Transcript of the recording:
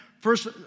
First